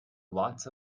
lots